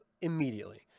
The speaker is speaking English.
immediately